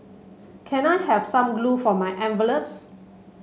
can I have some glue for my envelopes